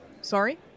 Sorry